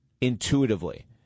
Intuitively